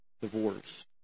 divorce